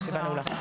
הישיבה נעולה.